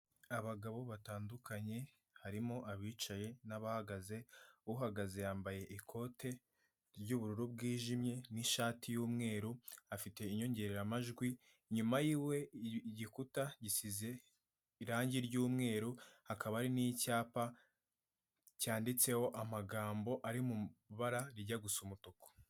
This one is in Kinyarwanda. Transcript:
Abagabo batandukanye harimo abicaye n'abahagaze uhagaze yambaye ikote ry'ubururu bwijimye n'ishati y'umweru afite inyongereramajwi inyuma yiwe igikuta gisize irangi ry'umweru hakaba hari n'icyapa cyanditseho amagambo ari mubara rijya gusa umutuku.